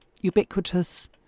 ubiquitous